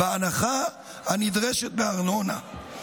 בהנחה הנדרשת בארנונה.